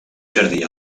jardí